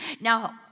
Now